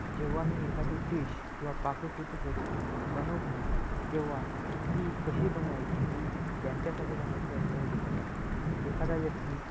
जेव्हा मी एखादी डिश किंवा पाककृती रस बनवतो तेव्हा ती कशी बनवायची ही ज्यांच्यासाठी बनवतो त्यांच्यावर डिपेंड असते एखादा व्यक्ती